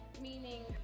Meaning